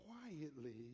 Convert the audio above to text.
quietly